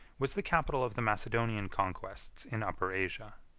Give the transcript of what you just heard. was the capital of the macedonian conquests in upper asia.